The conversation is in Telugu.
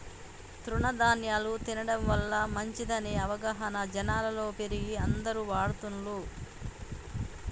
తృణ ధ్యాన్యాలు తినడం వల్ల మంచిదనే అవగాహన జనాలలో పెరిగి అందరు వాడుతున్లు